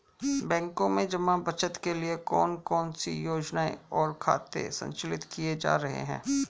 बैंकों में जमा बचत के लिए कौन कौन सी योजनाएं और खाते संचालित किए जा रहे हैं?